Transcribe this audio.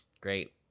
great